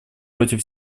против